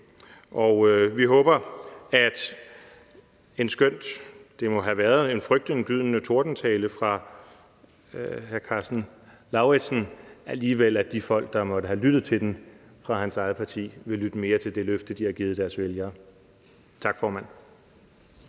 Og vi håber, endskønt det må have været en frygtindgydende tordentale at høre fra hr. Karsten Lauritzen, alligevel, at de folk fra hans eget parti, der måtte have lyttet til den, vil lytte mere til det løfte, de har givet deres vælgere. Tak, formand.